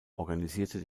organisierte